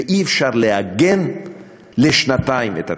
ואי-אפשר לעגן לשנתיים את התקציב.